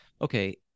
okay